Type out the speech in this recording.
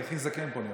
אני הכי זקן פה.